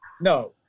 no